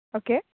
okay